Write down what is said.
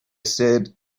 said